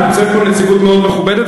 נמצאת פה נציגות מאוד מכובדת,